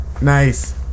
Nice